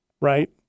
right